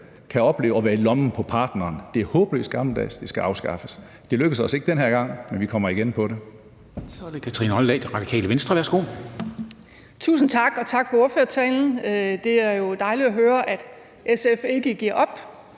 kan opleve at være i lommen på partneren, er håbløst gammeldags, og det skal afskaffes. Det lykkedes os ikke den her gang, men vi kommer igen på det.